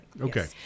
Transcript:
Okay